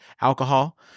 alcohol